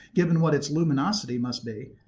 given what its luminosity must be.